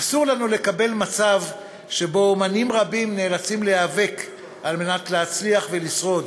אסור לנו לקבל מצב שבו אמנים רבים נאלצים להיאבק על מנת להצליח ולשרוד.